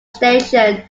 station